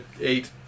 eight